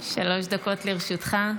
דקות לרשותך,